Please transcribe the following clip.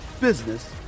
business